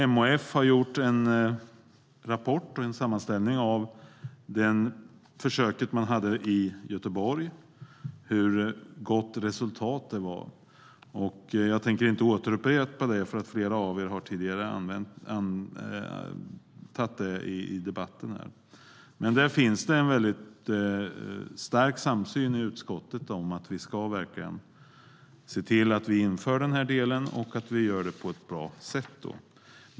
MAF har utarbetat en rapport och en sammanställning av det försök man hade i Göteborg. Resultatet var gott, men jag tänker inte återupprepa det eftersom flera redan har tagit upp det i debatten. Det finns en stark samsyn i utskottet om att vi ska införa detta och att vi ska göra det på ett bra sätt.